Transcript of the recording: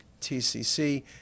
TCC